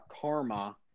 Karma